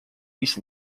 east